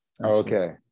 Okay